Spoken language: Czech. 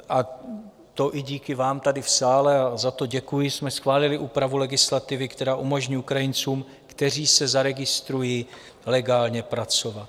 A to i díky vám tady v sále, a za to děkuji, jsme schválili úpravu legislativy, která umožní Ukrajincům, kteří se zaregistrují, legálně pracovat.